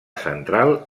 central